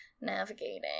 navigating